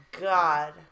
God